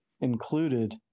included